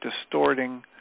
distorting